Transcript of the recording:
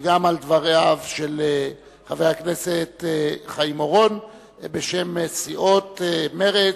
וגם על דבריו של חבר הכנסת חיים אורון בשם סיעות מרצ,